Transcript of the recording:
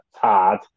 Todd